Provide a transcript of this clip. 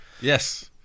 Yes